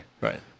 Right